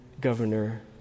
governor